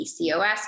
PCOS